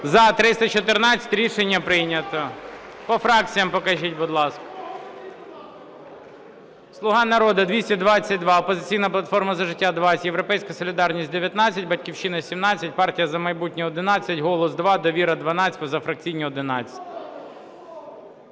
За-314 Рішення прийнято. По фракціям покажіть, будь ласка. "Слуга народу" – 222, "Опозиційна платформа – За життя" – 20, "Європейська солідарність" – 19, "Батьківщина" – 17, "Партія "За майбутнє" – 11, "Голос" – 2, "Довіра" – 12, позафракційні – 11.